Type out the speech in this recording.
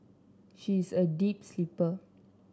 she is a deep sleeper